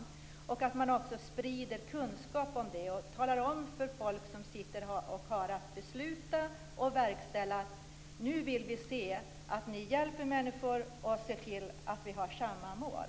Det är viktigt att man sprider kunskap om det och talar om för folk som sitter och beslutar och verkställer att vi nu vill se att de hjälper människor och ser till att vi har samma mål.